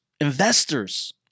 investors